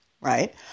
right